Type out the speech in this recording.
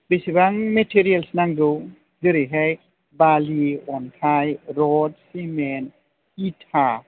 बेसेबां मेटेरियालस नांगौ जेरैहाय बालि अन्थाइ रड सिमेन्ट इटा